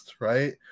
right